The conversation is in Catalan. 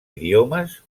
idiomes